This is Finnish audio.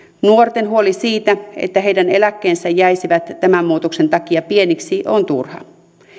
nuorten huoli siitä että heidän eläkkeensä jäisivät tämän muutoksen takia pieniksi on turha